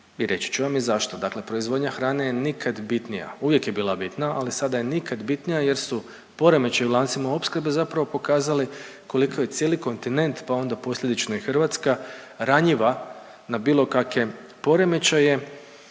i reći ću vam i zašto. Dakle, proizvodnja hrane je nikad bitnija. Uvijek je bila bitna, ali sada je nikad bitnija jer su poremećaji u lancima opskrbe zapravo pokazali koliko je cijeli kontinent, pa onda posljedično i Hrvatska ranjiva na bilo kakve poremećaje